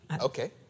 Okay